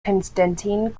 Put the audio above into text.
constantine